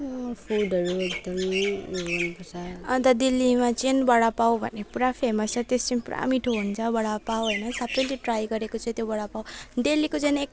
फुडहरू एकदम मन पर्छ अन्त दिल्लीमा चाहिँ बडापाउ भन्ने पुरा फेमस छ त्यस चाहिँ पुरा मिठो हुन्छ बडापाउ होइन सबले ट्राई गरेको चाहिँ त्यो बडापाउ दिल्लीको चाहिँ एक